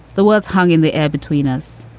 the words hung in the air between us.